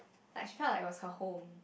like she felt like it was her home